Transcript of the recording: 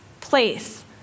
place